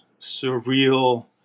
surreal